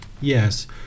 yes